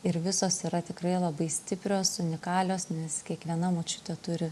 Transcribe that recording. ir visos yra tikrai labai stiprios unikalios nes kiekviena močiutė turi